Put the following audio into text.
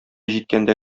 җиткәндә